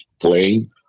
playing